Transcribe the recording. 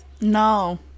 no